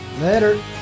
Later